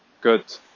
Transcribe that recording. good